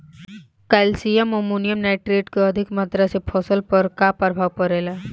Calcium ammonium nitrate के अधिक मात्रा से फसल पर का प्रभाव परेला?